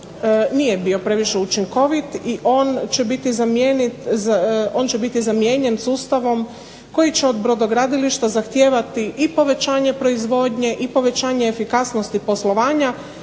nije bio previše učinkovit i on će biti zamijenjen sustavom koji će od brodogradilišta zahtijevati i povećanje proizvodnje i povećanje efikasnosti poslovanja,